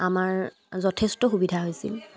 আমাৰ যথেষ্ট সুবিধা হৈছিল